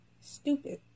Stupid